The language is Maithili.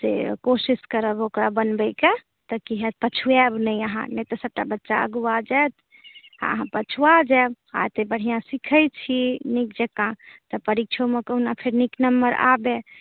से कोशिश करब ओकरा बनबैकऽ तऽ की हाएत पछुँआएब नहि अहाँ नहि तऽ सभटा बच्चा अगुआ जाएत आ अहाँ पछुँआ जाएब अहाँ एतऽ बढ़िाँ सीखए छी नीक जेकाँ तऽ परीक्षोमे कहुना फेर नीक नम्बर आबए